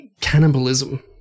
cannibalism